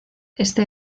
este